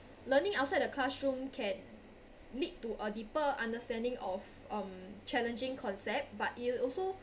learning outside the classroom can lead to a deeper understanding of um challenging concept but it will also